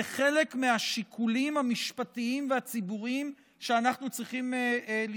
חלק מהשיקולים המשפטיים והציבוריים שאנחנו צריכים לשקול.